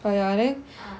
!aiya! then